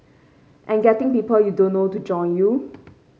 and getting people you don't know to join you